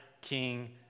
King